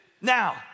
Now